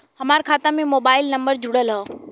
हमार खाता में मोबाइल नम्बर जुड़ल हो?